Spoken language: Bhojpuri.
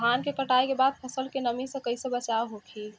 धान के कटाई के बाद फसल के नमी से कइसे बचाव होखि?